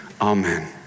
Amen